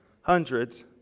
hundreds